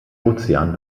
ozean